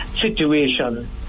situation